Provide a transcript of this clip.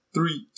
Three